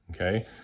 okay